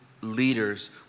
leaders